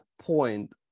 point